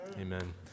Amen